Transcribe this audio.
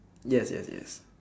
yes yes yes